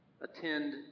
Attend